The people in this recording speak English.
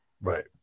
Right